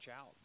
out